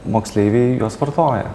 moksleiviai juos vartoja